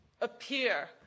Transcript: appear